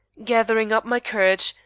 gathering up my courage,